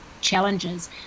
challenges